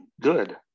good